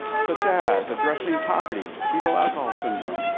such as addressing poverty, fetal alcohol syndrome,